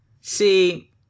See